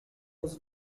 was